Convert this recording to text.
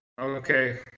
Okay